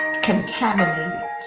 contaminated